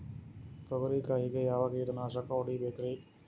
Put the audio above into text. ತೊಗರಿ ಕಾಯಿಗೆ ಯಾವ ಕೀಟನಾಶಕ ಹೊಡಿಬೇಕರಿ?